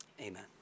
Amen